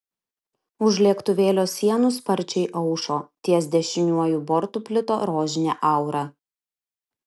už lėktuvėlio sienų sparčiai aušo ties dešiniuoju bortu plito rožinė aura